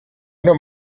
don’t